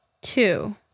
two